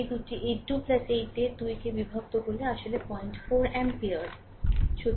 এই 2 টি 2 8 দিয়ে 2 কে বিভক্ত করে যা আসলে 04 অ্যাম্পিয়ার